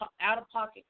out-of-pocket